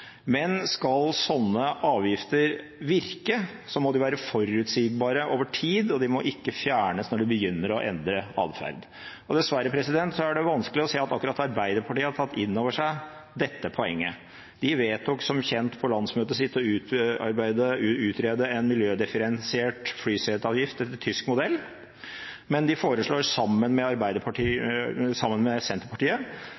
Men skal sånne avgifter virke, må de være forutsigbare over tid, og de må ikke fjernes når de begynner å gi endret atferd. Det er dessverre vanskelig å se at Arbeiderpartiet har tatt inn over seg dette poenget. De vedtok som kjent på landsmøtet sitt å utrede en miljødifferensiert flyseteavgift etter tysk modell, men de foreslår sammen med